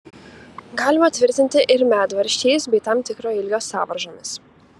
galima tvirtinti ir medvaržčiais bei tam tikro ilgio sąvaržomis